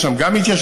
יש שם גם התיישבות,